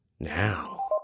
Now